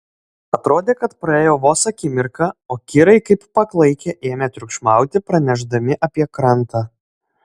atrodė kad praėjo vos akimirka o kirai kaip paklaikę ėmė triukšmauti pranešdami apie krantą